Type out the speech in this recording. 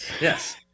Yes